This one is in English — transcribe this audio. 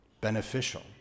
beneficial